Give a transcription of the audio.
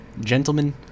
gentlemen